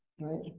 Right